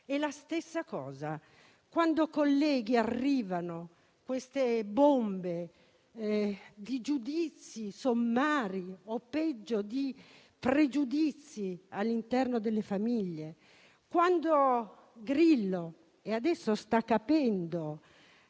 È la stessa cosa, colleghi, quando arrivano queste bombe di giudizi sommari o, peggio, di pregiudizi all'interno delle famiglie. Grillo adesso sta capendo